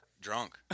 Drunk